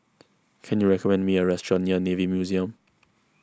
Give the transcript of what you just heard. can you recommend me a restaurant near Navy Museum